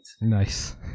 nice